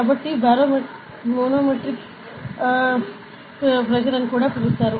కాబట్టి manometric pressure అని కూడా పిలుస్తారు